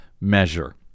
measure